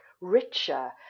richer